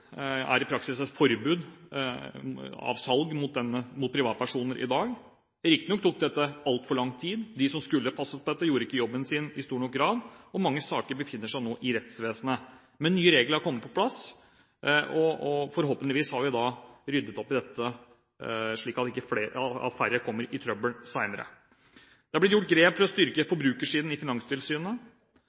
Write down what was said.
dag i praksis et forbud mot salg til privatpersoner. Riktignok tok dette altfor lang tid. De som skulle passe på dette, gjorde ikke jobben sin i stor nok grad, og mange saker befinner seg nå i rettsvesenet. Men nye regler er kommet på plass, og forhåpentligvis har vi ryddet opp i dette, slik at færre kommer i trøbbel senere. Det har blitt gjort grep for å styrke forbrukersiden i Finanstilsynet.